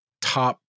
top